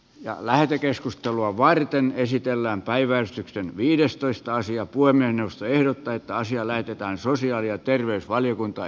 ja lähetekeskustelua varten esitellään päivää sitten viidestoista sija puhemiesneuvosto ehdottaa että asia lähetetään sosiaali ja terveysvaliokuntaan